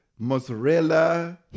mozzarella